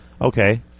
Okay